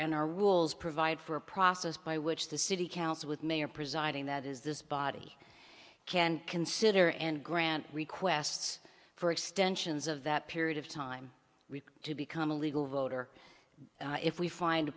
and our rules provide for a process by which the city council with mayor presiding that is this body can consider and grant requests for extensions of that period of time to become a legal voter if we find a